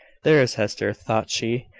there is hester, thought she,